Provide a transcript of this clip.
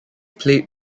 played